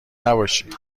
نباشی